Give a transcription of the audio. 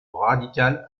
radicale